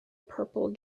purple